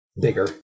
bigger